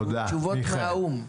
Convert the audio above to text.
תשובות מהאו"ם.